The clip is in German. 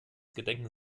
gedenken